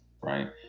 right